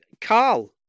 Carl